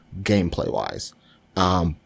gameplay-wise